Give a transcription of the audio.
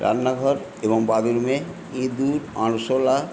রান্নাঘর এবং বাথরুমে ইঁদুর আরশোলা